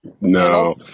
No